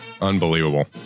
Unbelievable